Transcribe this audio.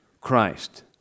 Christ